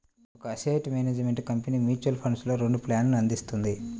ఒక asset management company mutual ఫండ్స్లో రెండు ప్లాన్లను అందిస్తుంది